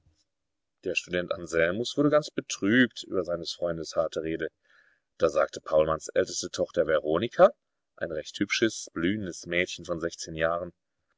der student anselmus wurde ganz betrübt über seines freundes harte rede da sagte paulmanns älteste tochter veronika ein recht hübsches blühendes mädchen von sechzehn jahren